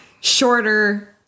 shorter